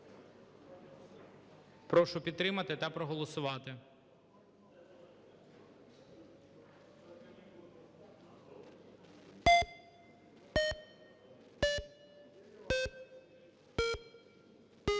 Прошу підтримати та проголосувати.